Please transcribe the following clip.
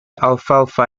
alfalfa